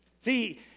See